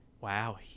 Wow